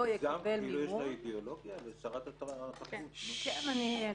לא יקבל מימון --- לשרת התרבות יש אידיאולוגיה?